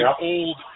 old